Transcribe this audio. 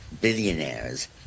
Billionaires